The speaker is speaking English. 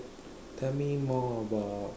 tell me more about